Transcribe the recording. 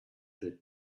that